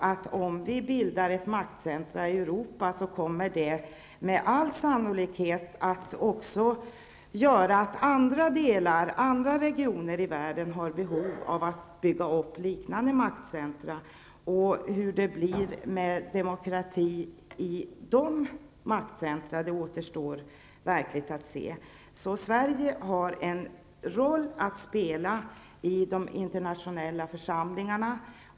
Och om vi bildar ett maktcentrum i Europa kommer det med all sannolikhet att leda till att andra delar och andra regioner i världen har behov av att bygga upp liknande maktcentrum. Hur det blir med demokratin i dessa maktcentrum återstår verkligen att se. Sverige har alltså en roll att spela i de internationella församlingarna.